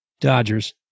Dodgers